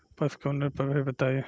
पशु के उन्नत प्रभेद बताई?